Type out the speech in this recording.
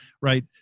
right